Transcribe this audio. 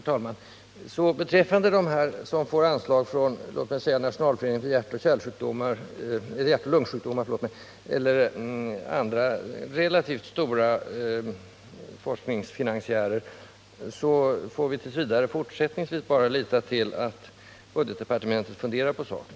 Herr talman! Beträffande dem som får anslag, låt oss säga från Nationalföreningen för hjärtoch lungsjukdomar eller andra relativt stora forskningsfinansiärer, får vi fortsättningsvis tydligen — åtminstone t. v. — bara lita till att budgetdepartementet funderar på saken.